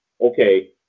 okay